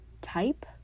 type